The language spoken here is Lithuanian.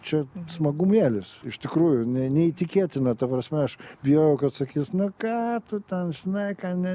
čia smagumėlis iš tikrųjų ne neįtikėtina ta prasme aš bijojau kad sakys nu ką tu ten žinai ką ne